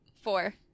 Four